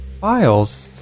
files